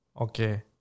Okay